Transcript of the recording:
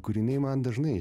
kūriniai man dažnai